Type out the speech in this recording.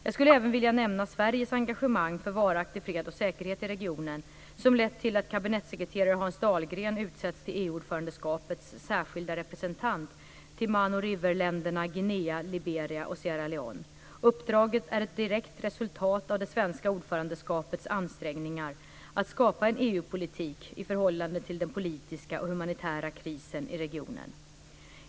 Jag skulle även vilja nämna Sveriges engagemang för varaktig fred och säkerhet i regionen som lett till att kabinettssekreterare Hans Dahlgren utsetts till EU Uppdraget är ett direkt resultat av det svenska EU ordförandeskapets ansträngningar att skapa en EU politik i förhållande till den politiska och humanitära krisen i regionen.